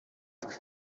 twe